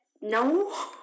No